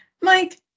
Mike